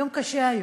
יום קשה היום.